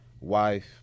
wife